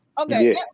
okay